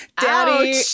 daddy